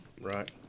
Right